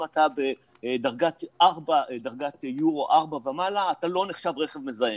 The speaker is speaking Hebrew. אתה בדרגת יורו 4 ומעלה אתה לא נחשב רכב מזהם.